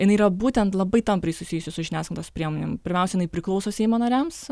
jinai yra būtent labai tampriai susijusi su žiniasklaidos priemonėm pirmiausia priklauso seimo nariams